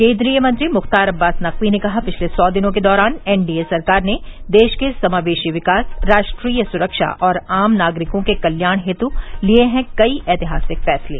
केन्द्रीय मंत्री मुख्तार अब्बास नकवी ने कहा पिछले सौ दिनों के दौरान एनडीए सरकार ने देश के समावेशी विकास राष्ट्रीय सुरक्षा और आम नागरिकों के कल्याण हेतु लिये हैं कई ऐतिहासिक फ़ैसले